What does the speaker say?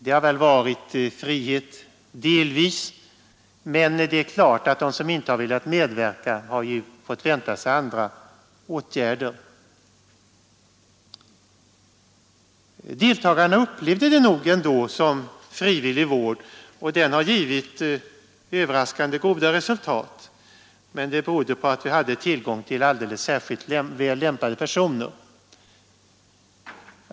Medverkan har väl delvis varit frivillig, men de som inte velat vara med har förstås fått vänta sig andra åtgärder. Deltagarna upplevde det nog ändå som frivillig vård, och den har givit överraskande goda resultat, men det berodde på att vi hade tillgång till alldeles särskilt väl lämpade personer.